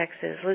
Texas